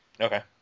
Okay